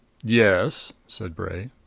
yes? said bray.